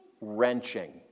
wrenching